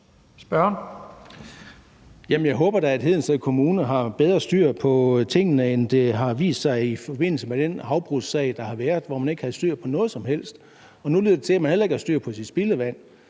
Jeg håber da, at Hedensted Kommune har bedre styr på tingene, end det har vist sig i forbindelse med den havbrugssag, der har været, hvor man ikke havde styr på noget som helst. Nu lyder det til, man heller ikke har styr på sit spildevand.